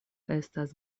estas